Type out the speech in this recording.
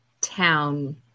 Town